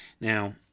Now